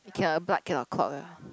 cannot blood cannot clot[ah]